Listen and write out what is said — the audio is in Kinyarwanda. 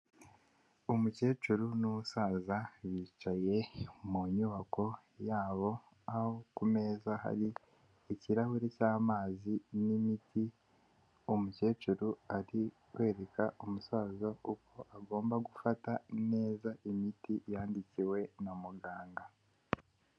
Umukecuru n'umusaza bicaye mu nyubako yabo aho ku meza hari ikirahuri cy'amazi n'imiti, umukecuru arikwereka umusaza uko agomba gufata neza imiti yandikiwe na muganga.